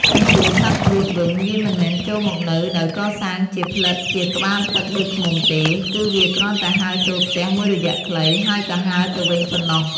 ចំពោះសត្វព្រួតវិញ វាមិនមែនចូលមកនៅដោយកសាងជាផ្លិតជាក្បាលទឹកដូចឃ្មុំទេ គឺវាគ្រាន់តែហើរចូលផ្ទះមួយរយៈខ្លីហើយក៏ហើរទៅវិញប៉ុណ្ណោះ។